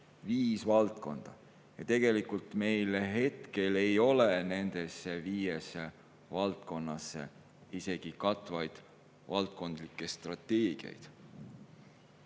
viis valdkonda. Tegelikult ei ole meil hetkel nendes viies valdkonnas isegi katvaid valdkondlikke strateegiaid.